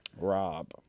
Rob